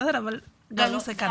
גם אם זה קרה.